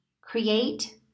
create